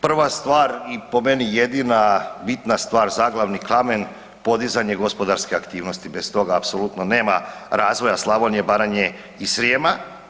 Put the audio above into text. Prva stvar i po meni jedina bitna stvar zaglavni kamen, podizanje gospodarske aktivnosti, bez toga apsolutno nema razvoja Slavonije, Baranje i Srijema.